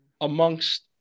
amongst